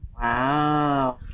Wow